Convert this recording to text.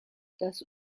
das